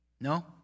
No